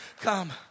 come